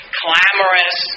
clamorous